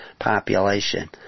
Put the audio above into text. population